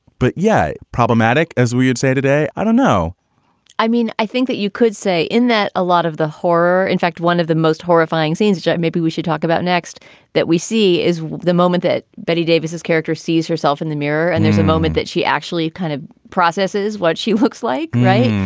but yeah, problematic as we'd say today. i don't know i mean, i think that you could say in that a lot of the horror. in fact, one of the most horrifying scenes, jeff, maybe we should talk about next that we see is the moment that betty davis's character sees herself in the mirror and there's a moment that she actually kind of processes what she looks like. right.